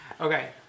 Okay